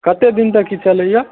कतेक दिन तक ई चलैया